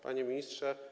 Panie Ministrze!